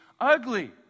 ugly